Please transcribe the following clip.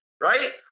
Right